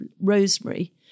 rosemary